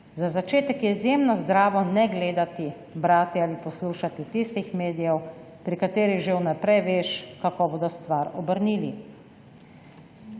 Za začetek je izjemno zdravo ne gledati, brati ali poslušati tistih medijev, pri katerih že v naprej veš, kako bodo stvar obrnili.«